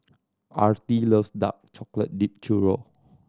Artie loves dark chocolate dipped churro